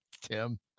Tim